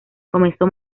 comenzó